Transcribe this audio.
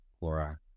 laura